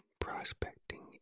prospecting